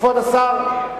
כבוד השר,